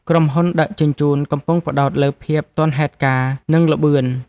ក្រុមហ៊ុនដឹកជញ្ជូនកំពុងផ្តោតលើភាពទាន់ហេតុការណ៍និងល្បឿន។